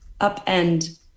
upend